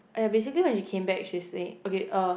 !aiya! basically when she came back she will say okay uh